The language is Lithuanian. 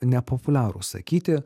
nepopuliaru sakyti